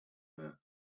her